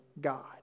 God